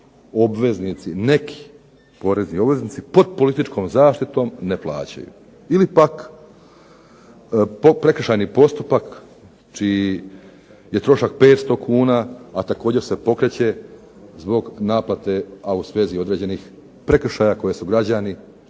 koje neki porezni obveznici pod političkom zaštitom ne plaćaju ili pak prekršajni postupak čiji trošak je 500 kuna, a također se pokreće zbog naplate a u svezi određenih prekršaja koje su građani,